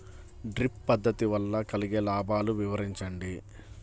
Drip పద్దతి వల్ల కలిగే లాభాలు వివరించండి?